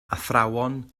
athrawon